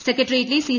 സെക്രട്ടേറിയറ്റിലെ C